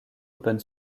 open